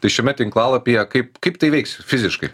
tai šiame tinklalapyje kaip kaip tai veiks fiziškai